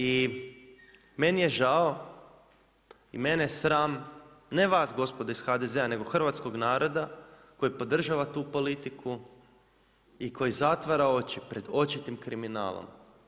I meni je žao i mene sram ne vas gospodo iz HDZ-a, nego hrvatskog naroda koji podržava tu politiku, i koji zatvara oči pred očitim kriminalom.